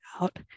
out